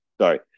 Sorry